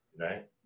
right